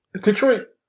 Detroit